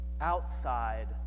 outside